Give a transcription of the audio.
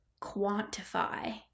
quantify –